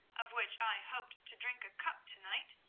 of which i hoped to drink a cup to-night.